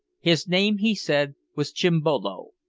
his name, he said, was chimbolo.